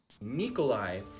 Nikolai